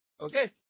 Okay